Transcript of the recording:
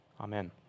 Amen